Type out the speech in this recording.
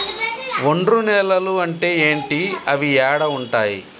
ఒండ్రు నేలలు అంటే ఏంటి? అవి ఏడ ఉంటాయి?